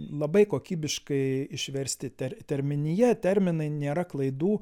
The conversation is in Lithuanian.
labai kokybiškai išversti ter terminija terminai nėra klaidų